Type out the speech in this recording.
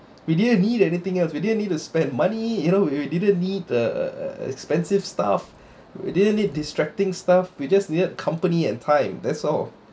we didn't need anything else we didn't need to spend money you know we we didn't need the uh uh uh expensive stuff we didn't need distracting stuff we just needed company and time that's all